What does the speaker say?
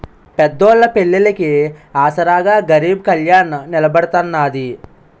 పేదోళ్ళ పెళ్లిళ్లికి ఆసరాగా గరీబ్ కళ్యాణ్ నిలబడతాన్నది